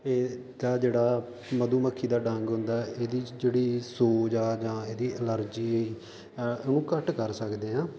ਇਹਦਾ ਜਿਹੜਾ ਮਧੂ ਮੱਖੀ ਦਾ ਡੰਗ ਹੁੰਦਾ ਇਹਦੀ 'ਚ ਜਿਹੜੀ ਸੋਜ ਆ ਜਾਂ ਇਹਦੀ ਐਨਰਜੀ ਉਹਨੂੰ ਘੱਟ ਕਰ ਸਕਦੇ ਹਾਂ